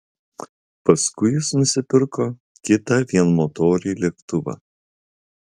paskui jis nusipirko kitą vienmotorį lėktuvą